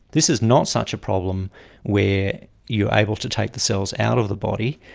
this is not such a problem where you're able to take the cells out of the body,